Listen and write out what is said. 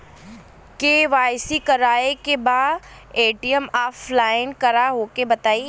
KYC करावे के बा ए.टी.एम अप्लाई करा ओके बताई?